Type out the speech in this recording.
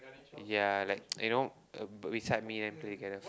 ya like you know uh beside me then play together